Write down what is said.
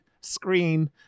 screen